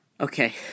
Okay